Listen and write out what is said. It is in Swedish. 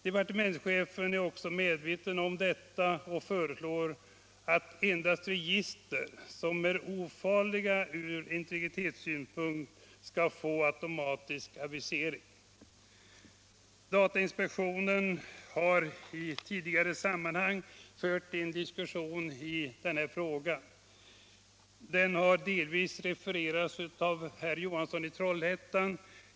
Departementschefen är också medveten om detta och föreslår att endast register som är ofarliga från integritetssynpunkt skall få automatisk avisering. Datainspektionen har i tidigare sammanhang fört en diskussion i den här frågan. Den har delvis refererats av herr Johansson i Trollhättan.